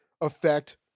affect